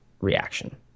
reaction